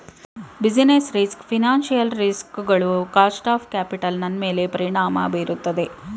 business risk financial risk ಗಳು cost of capital ನನ್ಮೇಲೆ ಪರಿಣಾಮ ಬೀರುತ್ತದೆ